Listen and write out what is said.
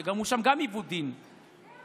שגם שם היה עיוות דין ליעקב,